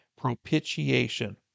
propitiation